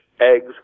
eggs